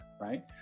right